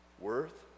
Worth